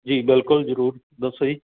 ਜੀ ਬਿਲਕੁਲ ਜ਼ਰੂਰ ਦੱਸੋ ਜੀ